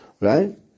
Right